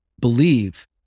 believe